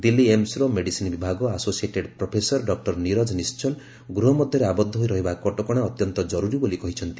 ଦିଲ୍ଲୀ ଏମସ୍ର ମେଡିସିନ୍ ବିଭାଗ associate professor doctor Neeraj Nischal ଗୃହ ମଧ୍ୟରେ ଆବଦ୍ଧ ହୋଇ ରହିବା କଟକଶା ଅତ୍ୟନ୍ତ ଜରୁରି ବୋଲି କହିଛନ୍ତି